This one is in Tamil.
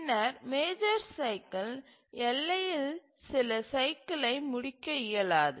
பின்னர் மேஜர் சைக்கில் எல்லையில் சில சைக்கிலை முடிக்க இயலாது